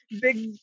big